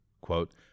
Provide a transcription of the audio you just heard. quote